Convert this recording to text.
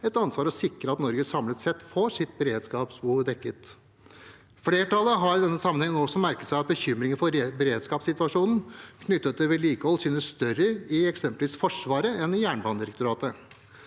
et ansvar å sikre at Norge samlet sett får sitt beredskapsbehov dekket. Flertallet har i denne sammenhengen også merket seg at bekymringen for beredskapssituasjonen knyttet til vedlikehold synes større i eksempelvis Forsvaret enn i Jernbanedirektoratet.